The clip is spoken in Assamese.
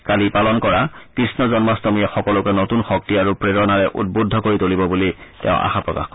কালি পালন কৰা কৃষ্ণ জন্মাষ্টমীয়ে সকলোকে নতুন শক্তি আৰু প্ৰেৰণাৰে উদ্বুদ্ধ কৰি তুলিব বুলি তেওঁ আশা প্ৰকাশ কৰে